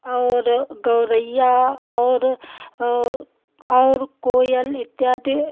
और गौरैया और और और कोयल इत्यादि